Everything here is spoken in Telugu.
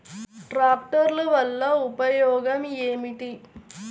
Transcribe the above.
ట్రాక్టర్ల వల్ల ఉపయోగం ఏమిటీ?